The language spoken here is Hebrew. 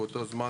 באותו זמן,